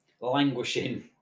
languishing